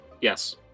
Yes